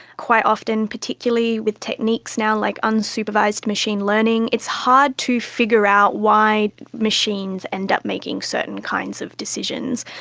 quite often particularly with techniques now like unsupervised machine learning, it's hard to figure out why machines end up making certain kinds of decisions.